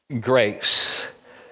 grace